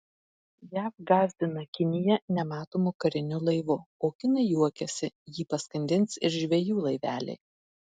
jav gąsdina kiniją nematomu kariniu laivu o kinai juokiasi jį paskandins ir žvejų laiveliai